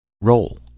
Roll